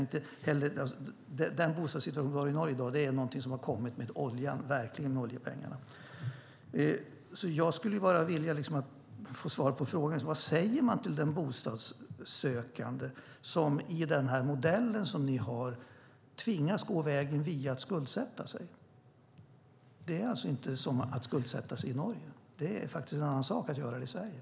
Dagens bostadssituation i Norge har verkligen kommit med oljepengarna. Vad säger man till en bostadssökande som i er modell tvingas gå vägen via att skuldsätta sig? Det är inte som att skuldsätta sig i Norge. Det är en annan sak att göra det i Sverige.